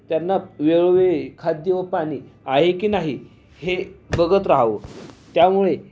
त्यांना वेळोवेळी खाद्य व पाणी आहे की नाही हे बघत राहावं त्यामुळे